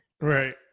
Right